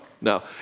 no